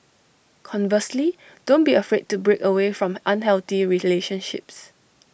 conversely don't be afraid to break away from unhealthy relationships